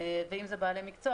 ואם זה בעלי מקצוע